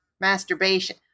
masturbation